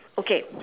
okay